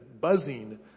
buzzing